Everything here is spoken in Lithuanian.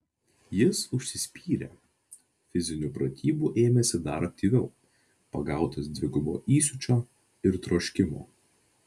jis užsispyrė fizinių pratybų ėmėsi dar aktyviau pagautas dvigubo įsiūčio ir troškimo